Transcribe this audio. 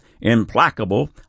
implacable